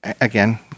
Again